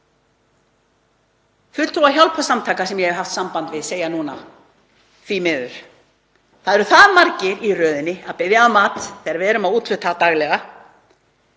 Fulltrúar hjálparsamtaka sem ég hef haft samband við segja núna: Því miður eru það margir í röðinni að biðja um mat þegar við erum að úthluta daglega